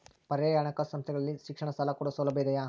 ಪರ್ಯಾಯ ಹಣಕಾಸು ಸಂಸ್ಥೆಗಳಲ್ಲಿ ಶಿಕ್ಷಣ ಸಾಲ ಕೊಡೋ ಸೌಲಭ್ಯ ಇದಿಯಾ?